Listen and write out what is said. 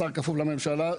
השר כפוף לממשלה.